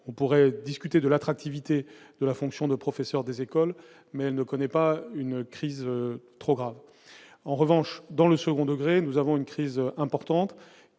on pourrait discuter de l'attractivité de la fonction de professeur des écoles, mais elle ne connaît pas une crise trop grave en revanche dans le second degré, nous avons une crise importante